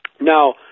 Now